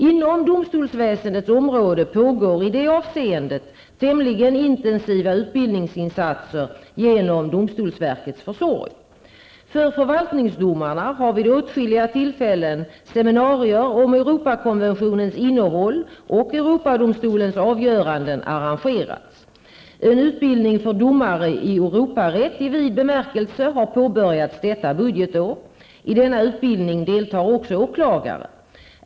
Inom domstolsväsendets område pågår i det avseendet tämligen intensiva utbildningsinsatser genom domstolsverkets försorg. För förvaltningsdomarna har vid åtskilliga tillfällen seminarier om Europadomstolens avgöranden arrangerats. En utbildning för domare i Europarätt i vid bemärkelse har påbörjats detta budgetår. I denna utbildning deltar också åklagare.